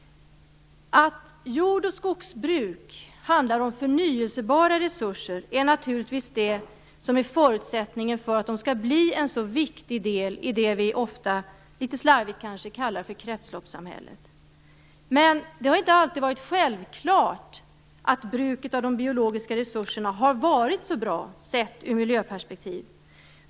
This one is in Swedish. Att jord och skogsbruk handlar om förnybara resurser är naturligtvis en förutsättning för att de skall bli en så viktig del i det vi ofta, litet slarvigt kanske, kallar för kretsloppssamhället. Men det har inte alltid varit självklart att bruket av de biologiska resurserna har varit så bra sett i ett miljöperspektiv.